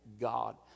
God